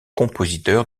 compositeur